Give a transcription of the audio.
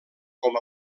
com